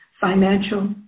financial